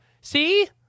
See